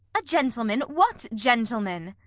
a gentleman! what gentleman?